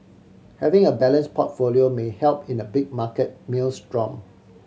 having a balance portfolio may help in a big market maelstrom